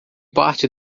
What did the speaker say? parte